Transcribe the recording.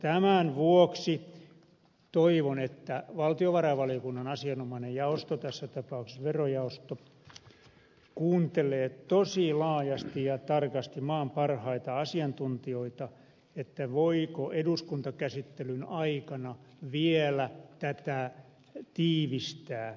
tämän vuoksi toivon että valtiovarainvaliokunnan asianomainen jaosto tässä tapauksessa verojaosto kuuntelee tosi laajasti ja tarkasti maan parhaita asiantuntijoita voiko eduskuntakäsittelyn aikana vielä tätä tiivistää